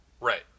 Right